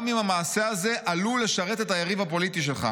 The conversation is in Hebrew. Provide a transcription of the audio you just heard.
גם אם המעשה הזה עלול לשרת את היריב הפוליטי שלך.